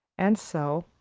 and so,